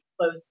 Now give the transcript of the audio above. close